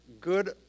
good